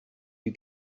you